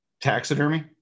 taxidermy